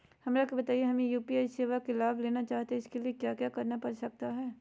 हमरा के बताइए हमें यू.पी.आई सेवा का लाभ लेना चाहते हैं उसके लिए क्या क्या करना पड़ सकता है?